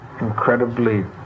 incredibly